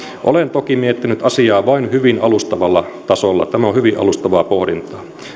olen toki miettinyt asiaa vain hyvin alustavalla tasolla tämä on hyvin alustavaa pohdintaa